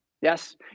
Yes